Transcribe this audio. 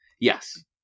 Yes